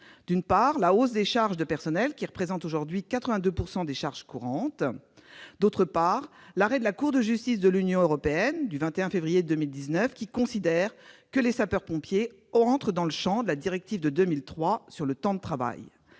d'une part, la hausse des charges de personnel, qui représentent aujourd'hui 82 % des charges courantes ; d'autre part, l'arrêt de la Cour de Justice de l'Union européenne du 21 février 2018, considérant que les sapeurs-pompiers entrent dans le champ de la directive de 2003 sur le temps de travail.